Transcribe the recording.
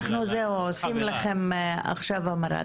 אנחנו עושים לכם עכשיו המרה.